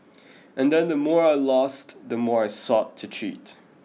and then the more I lost the more I sought to cheat